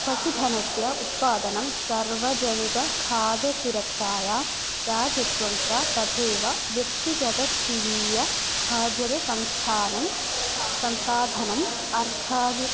पशुधनस्य उत्पादनं सार्वजनिकं खादसुरक्षाय राजस्वञ्च तथैव व्यक्तिगतस्थितीयखाद्यत संस्थानं संसाधनम् अर्थादि